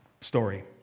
story